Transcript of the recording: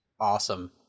Awesome